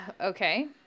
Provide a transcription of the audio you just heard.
Okay